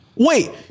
Wait